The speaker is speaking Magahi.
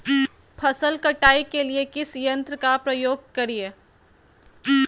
फसल कटाई के लिए किस यंत्र का प्रयोग करिये?